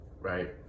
right